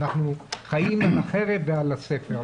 אנחנו חיים על החרב ועל הספר.